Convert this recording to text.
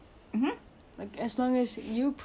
the opposite then I still believe it exists